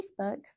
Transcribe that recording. Facebook